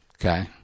Okay